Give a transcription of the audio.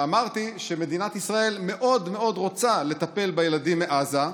ואמרתי שמדינת ישראל מאוד מאוד רוצה לטפל בילדים מעזה,